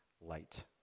light